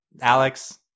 Alex